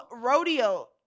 Rodeo